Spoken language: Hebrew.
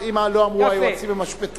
אם לא אמרו היועצים המשפטיים,